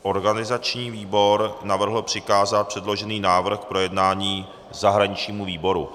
Organizační výbor navrhl přikázat předložený návrh k projednání zahraničnímu výboru.